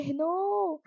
no